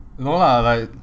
no lah like